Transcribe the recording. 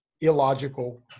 illogical